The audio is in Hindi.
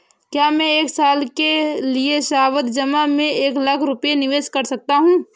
क्या मैं एक साल के लिए सावधि जमा में एक लाख रुपये निवेश कर सकता हूँ?